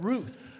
Ruth